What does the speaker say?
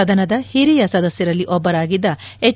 ಸದನದ ಹಿರಿಯ ಸದಸ್ಯರಲ್ಲಿ ಒಬ್ಬರಾಗಿದ್ದ ಎಚ್